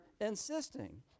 insisting